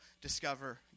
discover